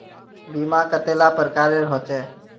बीमा कतेला प्रकारेर होचे?